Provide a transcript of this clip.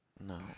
No